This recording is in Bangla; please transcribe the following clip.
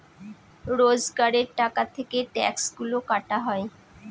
রোজগারের টাকা থেকে ট্যাক্সগুলা কাটা হয়